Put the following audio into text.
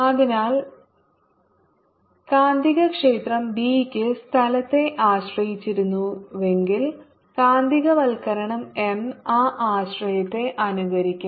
അതിനാൽ കാന്തികക്ഷേത്രം ബിക്ക് സ്ഥലത്തെ ആശ്രയിച്ചിരിക്കുന്നുവെങ്കിൽ കാന്തികവൽക്കരണം m ആ ആശ്രയത്തെ അനുകരിക്കും